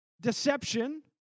deception